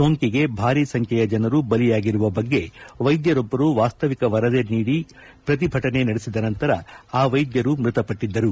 ಸೋಂಕಿಗೆ ಭಾರಿ ಸಂಬ್ಕೆಯ ಜನರು ಬಲಿಯಾಗಿರುವ ಬಗ್ಗೆ ವೈದ್ಯರೊಬ್ಬರು ವಾಸ್ತವಿಕ ವರದಿ ನೀಡಿ ಪ್ರತಿಭಟನೆ ನಡೆಸಿದ ನಂತರ ಆ ವೈದ್ಯರು ಮೃತಪಟ್ಟದ್ದರು